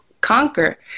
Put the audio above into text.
conquer